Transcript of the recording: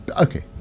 okay